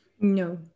no